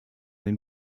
den